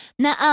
Now